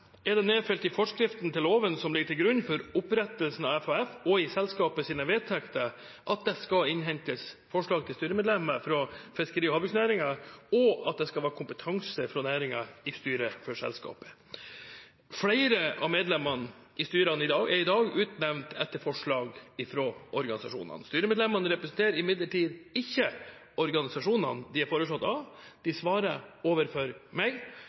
er det nedfelt i forskriften til loven som ligger til grunn for opprettelsen av FHF, og i selskapets vedtekter, at det skal innhentes forslag til styremedlemmer fra fiskeri- og havbruksnæringen, og at det skal være kompetanse fra næringen i styret for selskapet. Flere av medlemmene i styrene i dag er utnevnt etter forslag fra organisasjonene. Styremedlemmene representerer imidlertid ikke organisasjonene de er foreslått av, de svarer overfor meg,